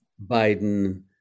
Biden